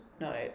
no